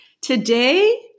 Today